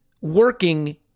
working